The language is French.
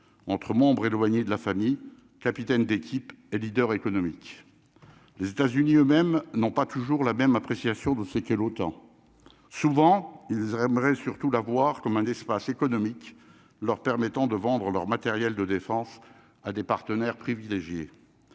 entre membres éloignés de la famille Capitaine d'équipe est leader économique, les États-Unis eux-mêmes n'ont pas toujours la même appréciation de ce que l'OTAN, souvent ils aimeraient surtout la voir comme un espace économique leur permettant de vendre leurs matériels de défense à des partenaires privilégiés,